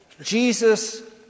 Jesus